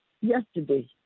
yesterday